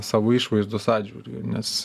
savo išvaizdos atžvilgiu nes